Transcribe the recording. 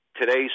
today's